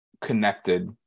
connected